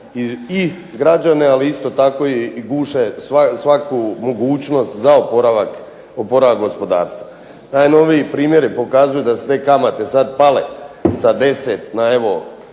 i građane, ali isto tako guše i svaku mogućnost za oporavak gospodarstva. Najnoviji primjeri pokazuju da su te kamate sad pale sa 10 na evo